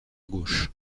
gauche